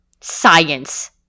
Science